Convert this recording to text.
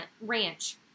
ranch